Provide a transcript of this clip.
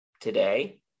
Today